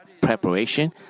preparation